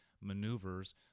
maneuvers